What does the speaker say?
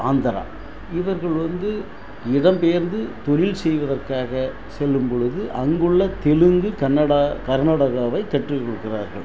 ஆந்திரா இவர்கள் வந்து இடம் பெயர்ந்து தொழில் செய்வதற்காக செல்லும்பொழுது அங்குள்ள தெலுங்கு கன்னடா கர்நாடகாவை கற்று கொடுக்குறார்கள்